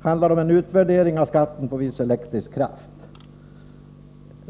handlar om en utvärdering av skatten på viss elektrisk kraft.